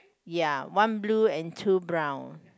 ya one blue and two brown